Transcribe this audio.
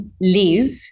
live